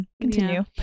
continue